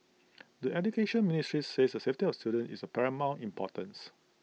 the Education Ministry says the safety of students is of paramount importance